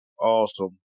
Awesome